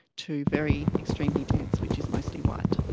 to very extremely dense, which is mostly white.